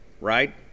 Right